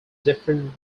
different